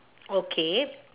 okay